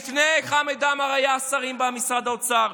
לפני חמד עמאר היו שרים במשרד האוצר,